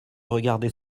regarder